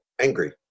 angry